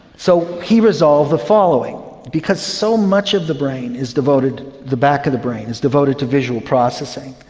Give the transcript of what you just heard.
so he resolved the following because so much of the brain is devoted, the back of the brain is devoted to visual processing,